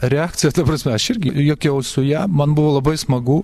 reakcija ta prasme aš irgi juokiaus su ja man buvo labai smagu